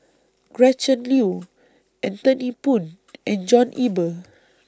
Gretchen Liu Anthony Poon and John Eber